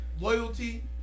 loyalty